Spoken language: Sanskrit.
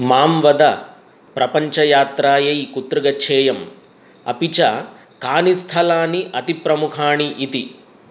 मां वद प्रपञ्चयात्रायै कुत्र गच्छेयम् अपि च कानि स्थलानि अतिप्रमुखानि इति